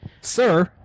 sir